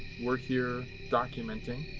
we're here documenting.